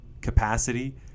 capacity